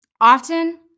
Often